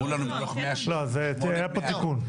לא, היה פה תיקון.